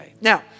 Now